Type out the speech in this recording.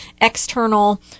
external